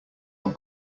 our